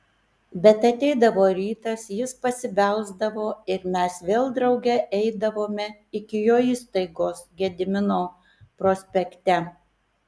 bet ateidavo rytas jis pasibelsdavo ir mes vėl drauge eidavome iki jo įstaigos gedimino prospekte